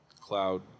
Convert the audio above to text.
cloud